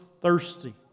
thirsty